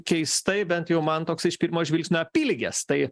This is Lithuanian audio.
keistai bent jau man toks iš pirmo žvilgsnio apylygės tai